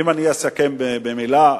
אם אני אסכם במלה,